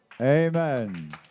Amen